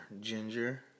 Ginger